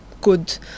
good